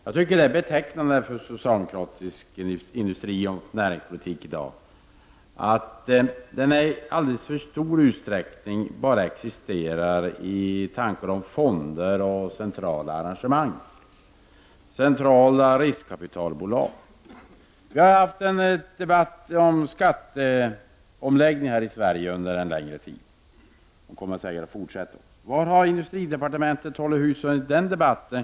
Jag tycker att det är betecknande för socialdemokratisk näringspolitik i dag att den i alldeles för stor utsträckning bara existerar i form av tankar om fonder, centrala arrangemang och centrala riskkapitalbolag. Vi har haft en debatt om skatteomläggning här i Sverige under en längre tid, och den kommer säkerligen att fortsätta. Var har företrädare för industridepartementet hållit hus under den debatten?